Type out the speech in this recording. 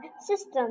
system